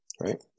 right